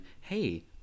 hey